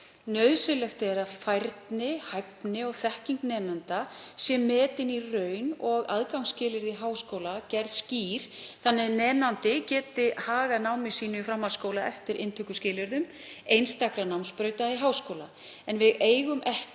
Nauðsynlegt er að færni, hæfni og þekking nemenda sé metin í raun og aðgangsskilyrði háskóla gerð skýr þannig að nemandi geti hagað námi sínu í framhaldsskóla eftir inntökuskilyrðum einstakra námsbrauta í háskóla, en við eigum ekki